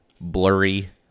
blurry